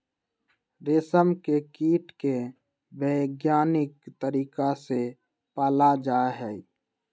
रेशम के कीट के वैज्ञानिक तरीका से पाला जाहई